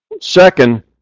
second